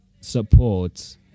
support